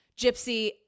Gypsy